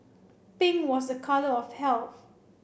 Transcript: pink was a colour of health